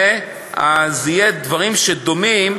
ואז יהיו דברים שדומים